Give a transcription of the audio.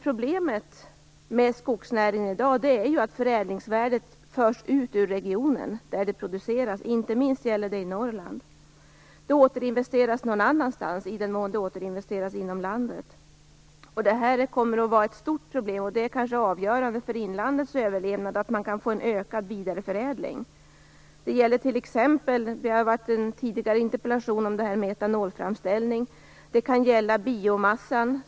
Problemet med skogsnäringen i dag är emellertid att förädlingsvärdet förs ut ur den region där produktionen sker. Inte minst gäller det i Norrland. I stället sker återinvesteringen någon annanstans - i den mån det nu återinvesteras inom landet. Detta kommer att vara ett stort problem. Kanske är det avgörande för inlandets överlevnad att man där kan få en ökad vidareförädling. Tidigare i dag var det en interpellationsdebatt om etanolframställning, men det kan också gälla biomassan.